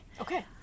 Okay